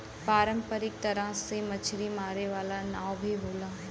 पारंपरिक तरह से मछरी मारे वाला नाव भी होला